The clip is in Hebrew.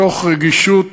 מתוך רגישות,